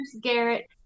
Garrett